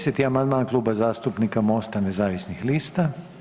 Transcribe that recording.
10. amandman Kluba zastupnika MOST-a nezavisnih lista.